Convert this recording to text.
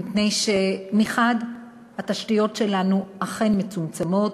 מפני שמחד גיסא התשתיות שלנו אכן מצומצמות,